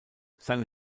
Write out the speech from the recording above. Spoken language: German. seine